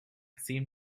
seem